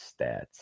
stats